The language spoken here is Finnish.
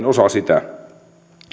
osa sitä